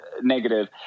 negative